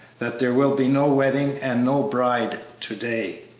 that there will be no wedding and no bride to-day.